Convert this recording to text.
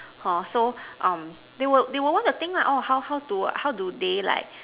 hor so um they would they would want to think lah orh how how to how do they like